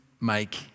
make